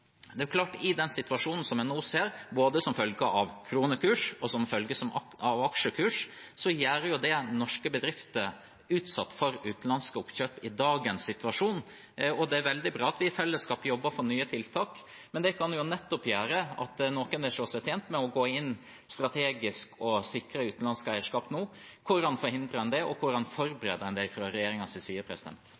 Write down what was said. Det er klart at den situasjonen man i dag ser, som følge av både kronekurs og aksjekurs, gjør norske bedrifter utsatt for utenlandsk oppkjøp. Det er veldig bra at vi i fellesskap jobber for nye tiltak, men det kan nettopp gjøre at noen ser seg tjent med å gå inn strategisk og sikre utenlandsk eierskap nå. Hvordan forhindrer man det? Hvordan forbereder man det fra regjeringens side?